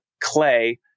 Clay